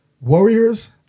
Warriors